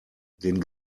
den